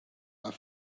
are